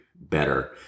better